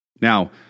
Now